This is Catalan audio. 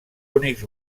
únics